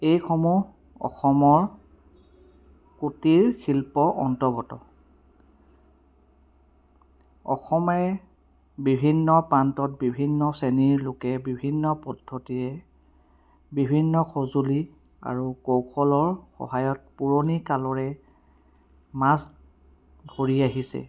এইসমূহ অসমৰ কুটীৰ শিল্প অন্তৰ্গত অসমে বিভিন্ন প্ৰান্তত বিভিন্ন শ্ৰেণীৰ লোকে বিভিন্ন পদ্ধতিৰে বিভিন্ন সঁজুলি আৰু কৌশলৰ সহায়ত পুৰণি কালৰে মাছ ধৰি আহিছে